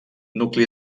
nucli